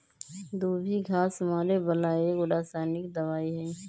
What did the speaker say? दुभी घास मारे बला एगो रसायनिक दवाइ हइ